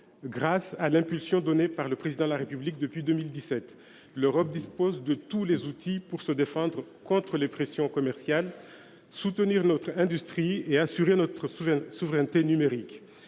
Grâce à l’impulsion donnée par le Président de la République depuis 2017, l’Europe dispose de tous les outils pour se défendre contre les pressions commerciales, soutenir notre industrie et assurer notre souveraineté numérique.